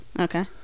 Okay